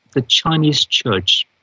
the chinese church,